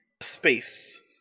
space